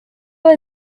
were